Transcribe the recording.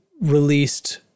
released